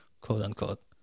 quote-unquote